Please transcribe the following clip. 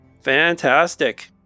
Fantastic